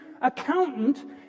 accountant